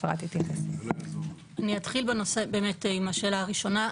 אתחיל עם השאלה הראשונה.